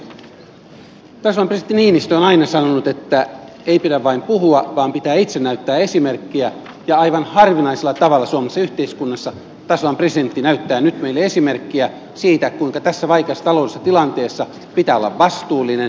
tasavallan presidentti niinistö on aina sanonut että ei pidä vain puhua vaan pitää itse näyttää esimerkkiä ja aivan harvinaisella tavalla suomalaisessa yhteiskunnassa tasavallan presidentti näyttää nyt meille esimerkkiä siitä kuinka tässä vaikeassa taloudellisessa tilanteessa pitää olla vastuullinen